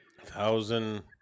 Thousand